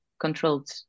controlled